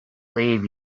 leave